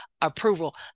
approval